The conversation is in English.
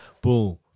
Boom